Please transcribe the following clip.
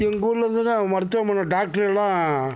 எங்கள் ஊரில் இருந்து தான் மருத்துவமனை டாக்ட்ரு எல்லாம்